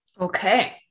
Okay